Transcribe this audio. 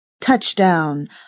Touchdown